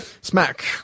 Smack